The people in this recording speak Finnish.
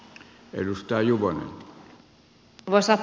arvoisa herra puhemies